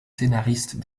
scénariste